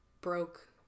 broke